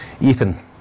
Ethan